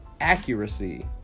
accuracy